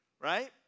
right